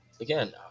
again